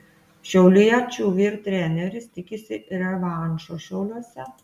šiauliečių vyr treneris tikisi revanšo šiauliuose